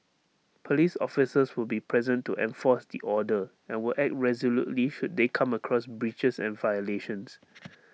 Police officers will be present to enforce the order and will act resolutely should they come across breaches and violations